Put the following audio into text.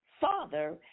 Father